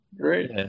Great